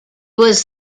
was